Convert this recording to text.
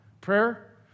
prayer